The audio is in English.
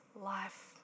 life